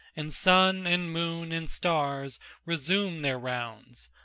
and sun and moon and stars resume their rounds,